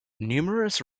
numerous